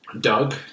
Doug